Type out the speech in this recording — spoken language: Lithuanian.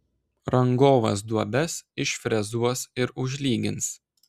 rangovas duobes išfrezuos ir užlygins